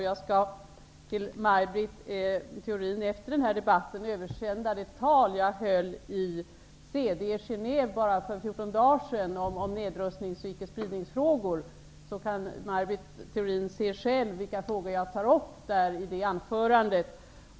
Jag skall efter debatten till Maj Britt Theorin översända det tal som jag höll i CD i Genève för 14 dagar sedan om nedrustnings och ickespridningsfrågor, så kan hon se själv vilka frågor jag tar upp i det anförandet.